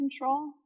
control